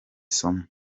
sano